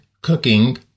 cooking